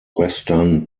western